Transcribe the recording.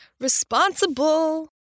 Responsible